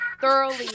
thoroughly